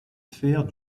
sphères